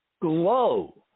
glow